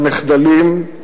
במחדלים,